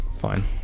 Fine